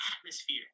atmosphere